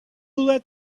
let